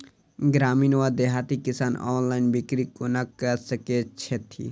ग्रामीण वा देहाती किसान ऑनलाइन बिक्री कोना कऽ सकै छैथि?